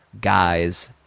guy's